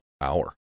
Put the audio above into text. hour